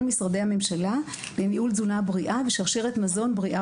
משרדי הממשלה לניהול תזונה בריאה ושרשרת מזון בריאה,